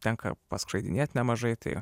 tenka paskraidinėt nemažai tai